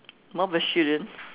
more vegetarian